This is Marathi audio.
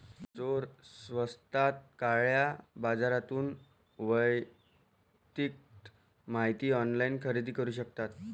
चोर स्वस्तात काळ्या बाजारातून वैयक्तिक माहिती ऑनलाइन खरेदी करू शकतात